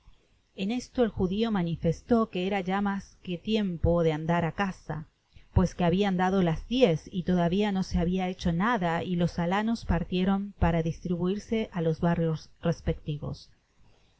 en esto el judio manifestó que era ya mas que tiempo de andar á caza pues que nabian dado las diez y todavia no se habia hecho nada y los alanos partieron para distribuirse á los barrios respectivos